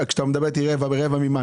כשאתה מדבר איתי על רבע, רבע ממה?